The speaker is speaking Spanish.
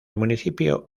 municipio